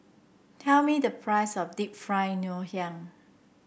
tell me the price of Deep Fried Ngoh Hiang